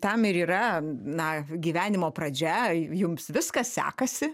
tam ir yra na gyvenimo pradžia jums viskas sekasi